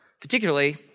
particularly